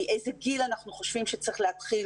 מאיזה גיל אנחנו חושבים שצריך להתחיל